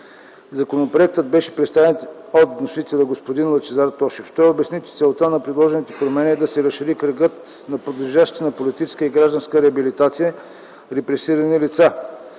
Законопроектът беше представен от вносителя – господин Лъчезар Тошев. Той обясни, че целта на предложените промени е да се разшири кръга на подлежащите на политическа и гражданска реабилитация репресирани лица.